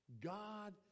god